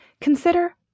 Consider